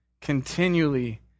continually